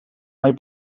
mai